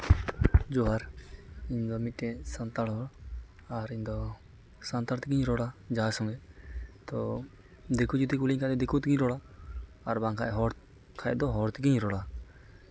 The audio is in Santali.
ᱡᱚᱦᱟᱨ ᱤᱧᱫᱚ ᱢᱤᱫᱴᱮᱡ ᱥᱟᱱᱛᱟᱲ ᱦᱚᱲ ᱟᱨ ᱤᱧᱫᱚ ᱥᱟᱱᱛᱟᱲ ᱛᱮᱜᱤᱧ ᱨᱚᱲᱟ ᱡᱟᱦᱟᱸᱭ ᱥᱚᱸᱜᱮ ᱛᱚ ᱫᱤᱠᱩ ᱡᱩᱫᱤ ᱠᱩᱞᱤᱧ ᱠᱷᱟᱡ ᱫᱤᱠᱩ ᱛᱮᱜᱤᱧ ᱨᱚᱲᱟ ᱟᱨ ᱵᱟᱝᱠᱷᱟᱡ ᱫᱚ ᱦᱚᱲ ᱛᱮᱜᱤᱧ ᱨᱚᱲᱟ